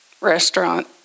restaurant